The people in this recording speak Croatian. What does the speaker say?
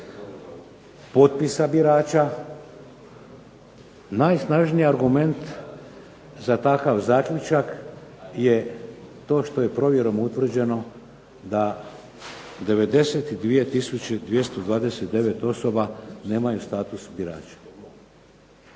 potpisa birača, najsnažniji argument za takav zaključak je to što je provjerom utvrđeno da 92 229 osoba nemaju status birača.